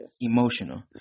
emotional